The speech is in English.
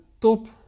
top